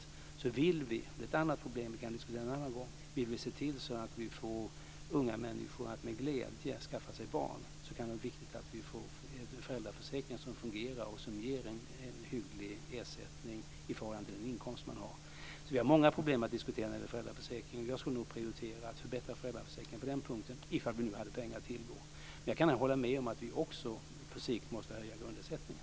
Om vi vill se till att unga människor med glädje skaffar sig barn - och det är ett annat problem som vi kan diskutera en annan gång - kan det vara viktigt att vi får en föräldraförsäkring som fungerar och som ger en hygglig ersättning i förhållande till den inkomst man har. Vi har många problem att diskutera när det gäller föräldraförsäkringen. Jag skulle nog prioritera att förbättra föräldraförsäkringen på den punkten, om vi hade pengar att tillgå. Men jag kan hålla med om att vi också på sikt måste höja grundersättningen.